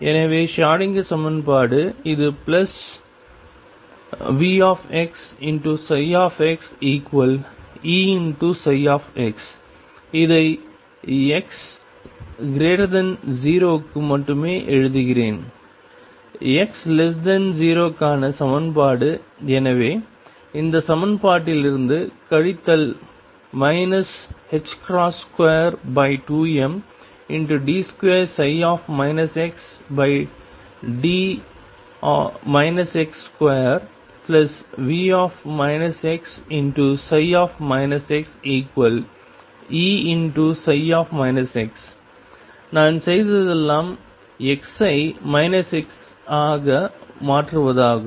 எனவே ஷ்ரோடிங்கர் சமன்பாடு இது பிளஸ் VxxEψ இதை x0 க்கு மட்டுமே எழுதுகிறேன் x0 க்கான சமன்பாடு எனவே இந்த சமன்பாட்டிலிருந்து கழித்தல் 22md2 xd x2V x xEψ நான் செய்ததெல்லாம் x ஐ x ஆக மாற்றுவதாகும்